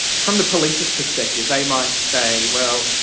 from the police's perspective they might say, well,